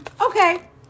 Okay